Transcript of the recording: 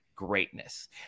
greatness